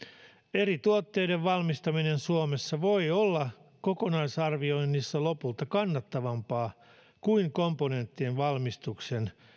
eri tuotteiden valmistaminen suomessa voi olla kokonaisarvioinnissa lopulta kannattavampaa kuin komponenttien valmistuksen